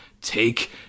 Take